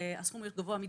הסכום הוא גבוה מדיי.